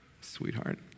sweetheart